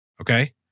Okay